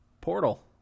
Portal